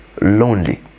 lonely